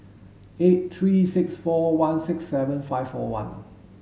eight three six four one six seven five four one